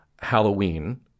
Halloween